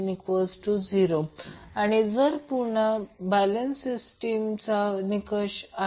VanVbnVcn0 आणि हा पुन्हा बॅलेन्स सिस्टीमचा निकष आहे